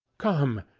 come!